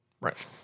Right